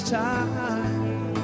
time